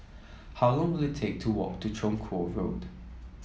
how long will it take to walk to Chong Kuo Road